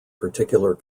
particular